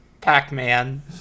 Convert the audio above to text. Pac-Man